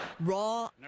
Raw